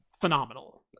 phenomenal